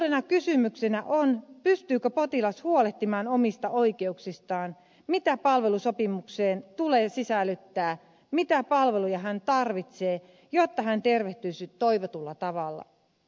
suurena kysymyksenä on pystyykö potilas huolehtimaan omista oikeuksistaan mitä palvelusopimukseen tulee sisällyttää mitä palveluja hän tarvitsee jotta hän tervehtyisi toivotulla tavalla